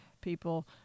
people